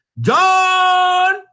John